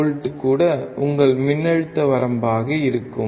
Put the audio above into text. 5 கூட உங்கள் மின்னழுத்த வரம்பாக இருக்கும்